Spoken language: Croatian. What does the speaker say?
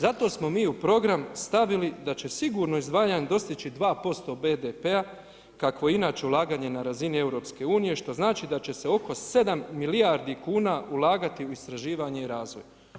Zato smo mi u program stavili da će sigurno izdvajanje dostići 2% BDP-a kakvo je inače ulaganje na razini EU što znači da će se oko 7 milijardi kuna ulagati u istraživanje i razvoj.